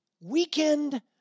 weekend